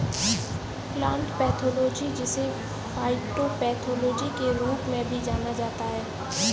plant pathology जिसे phytopathology के रूप में भी जाना जाता है